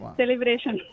celebration